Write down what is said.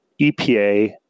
EPA